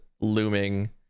looming